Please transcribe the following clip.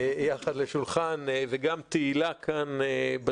יחד לשולחן וגם תהלה כאן.